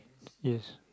yes